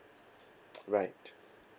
right